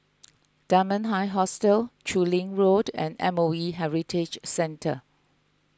Dunman High Hostel Chu Lin Road and M O E Heritage Centre